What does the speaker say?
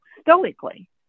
stoically